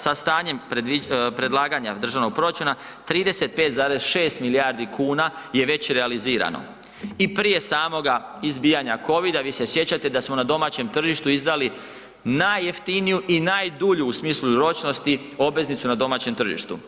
Sa stanjem predlaganja državnog proračuna 35,6 milijardi kuna je već realizirano i prije samoga izbijanja covida vi se sjećate da smo na domaćem tržištu izdali najjeftiniju i najdulju u smislu ročnosti obveznicu na domaćem tržištu.